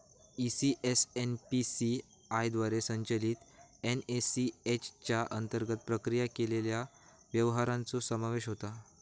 ECS NPCI द्वारे संचलित NACH च्या अंतर्गत प्रक्रिया केलेल्या व्यवहारांचो समावेश होता